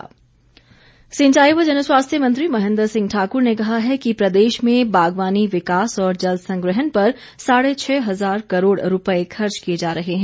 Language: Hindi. महेन्द्र सिंह सिंचाई व जनस्वास्थ्य मंत्री महेन्द्र सिंह ठाकुर ने कहा है कि प्रदेश में बागवानी विकास और जल संग्रहण पर साढ़े छ हजार करोड़ रूपए खर्च किए जा रहे हैं